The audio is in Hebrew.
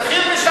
תתחיל משם.